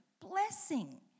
blessing